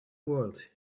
world